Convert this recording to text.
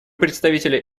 представителя